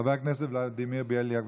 חבר הכנסת ולדימיר בליאק,